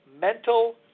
mental